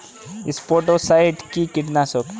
স্পোডোসাইট কি কীটনাশক?